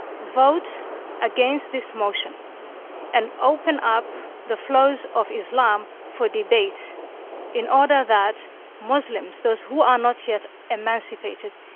vote against this motion and open up the flaws of islam for debate in order that muslims, those who are not yet emancipated,